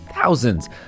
Thousands